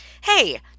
hey